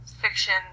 fiction